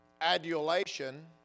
adulation